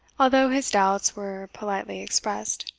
although his doubts were politely expressed.